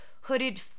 hooded